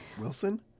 Wilson